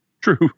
True